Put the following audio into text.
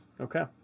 Okay